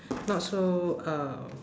not so uh